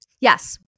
Yes